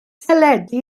teledu